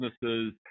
businesses